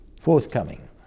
forthcoming